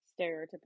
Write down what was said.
stereotypical